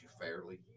fairly